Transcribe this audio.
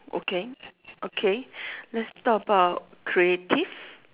okay okay let's talk about creative